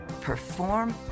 perform